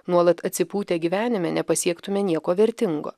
nuolat atsipūtę gyvenime nepasiektume nieko vertingo